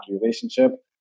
relationship